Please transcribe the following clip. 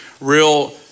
real